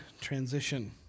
Transition